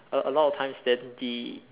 a a lot of times there's the